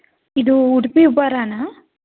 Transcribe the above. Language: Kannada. ಇದು ಉಡುಪಿ ಉಪಹಾರನಾ